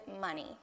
money